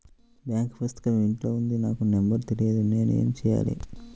Bank పుస్తకం ఇంట్లో ఉంది నాకు నంబర్ తెలియదు నేను ఏమి చెయ్యాలి?